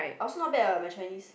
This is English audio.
I also not bad what my Chinese